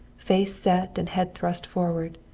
face set and head thrust forward,